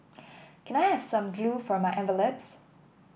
can I have some glue for my envelopes